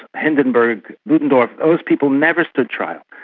hindenberg, ludendorf, those people never stood trial.